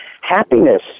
Happiness